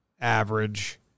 average